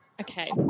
Okay